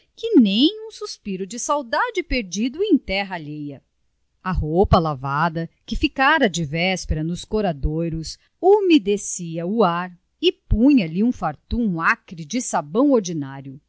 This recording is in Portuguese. que nem um suspiro de saudade perdido em terra alheia a roupa lavada que ficara de véspera nos coradouros umedecia o ar e punha lhe um farto acre de sabão ordinário